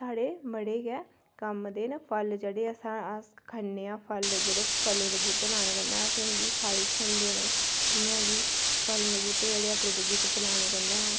साढ़े बड़े गै कम्म दे न फल जेह्ड़े असें अस खन्ने आं फल जेह्ड़े फलें दे बूह्टे लाने कन्नै असें गी फल थ्होंदे न जि'यां कि फलें दे बूह्टे जेह्ड़े अपने बगीचे च लाने कन्नै